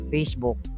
Facebook